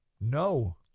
No